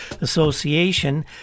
Association